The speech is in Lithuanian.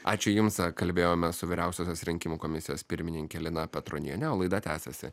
ačiū jums kalbėjome su vyriausiosios rinkimų komisijos pirmininke lina petroniene o laida tęsiasi